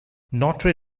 notre